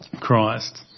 Christ